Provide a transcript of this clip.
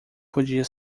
podia